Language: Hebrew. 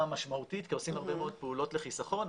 משמעותית כי עושים הרבה מאוד פעולות לחסכון,